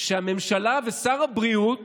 שהממשלה ושר הבריאות